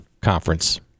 conference